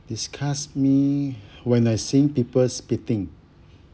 disgust me when I seeing people spitting